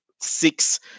six